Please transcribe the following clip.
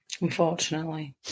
Unfortunately